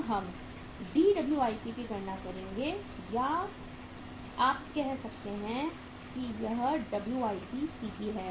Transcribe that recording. अब हम DWIP की गणना करेंगे या आप कह सकते हैं कि यह WIPCP है